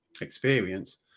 experience